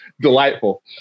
Delightful